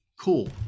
cool